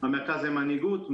המרכז למנהיגות,